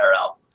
out